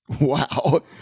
Wow